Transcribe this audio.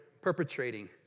perpetrating